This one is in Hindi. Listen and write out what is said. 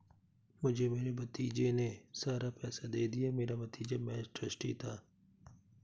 मुझे मेरे भतीजे ने सारा पैसा दे दिया, मेरा भतीजा महज़ ट्रस्टी था